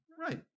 Right